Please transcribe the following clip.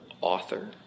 author